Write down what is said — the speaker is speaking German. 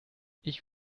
ich